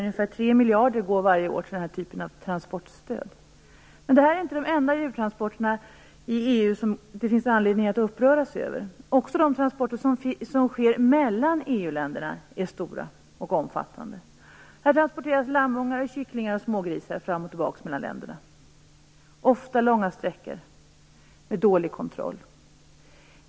Ungefär 3 miljarder går varje år till den här typen av transportstöd. Men detta är inte de enda djurtransporterna i EU som det finns anledning att uppröras över. Också de transporter som sker mellan EU-länderna är stora och omfattande. Lammungar, kycklingar och smågrisar transporteras fram och tillbaka mellan länderna. Ofta är det långa sträckor med en dålig kontroll.